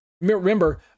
Remember